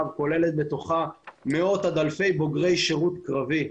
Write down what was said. כוללת בתוכה מאות עד אלפי בוגרי שירות קרבי.